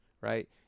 right